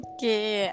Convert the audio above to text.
Okay